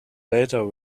later